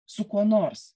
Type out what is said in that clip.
su kuo nors